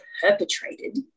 perpetrated